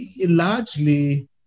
largely